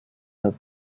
the